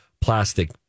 plastic